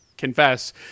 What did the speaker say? confess